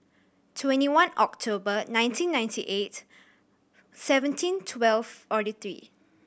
twenty one October nineteen ninety eight seventeen twelve forty three